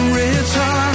return